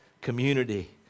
community